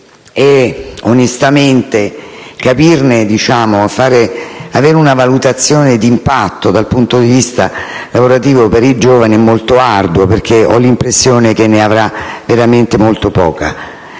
e onestamente avere una valutazione d'impatto dal punto di vista lavorativo per i giovani è molto arduo, perché ho l'impressione che ne avrà veramente molto poco.